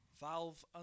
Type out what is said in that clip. valve